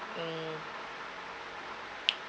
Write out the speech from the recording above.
mm